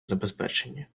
забезпечення